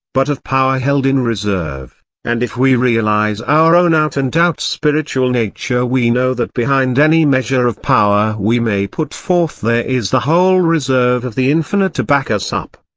but of power held in reserve and if we realise our own out-and-out spiritual nature we know that behind any measure of power we may put forth there is the whole reserve of the infinite to back us up.